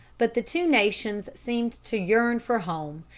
but the two nations seemed to yearn for home,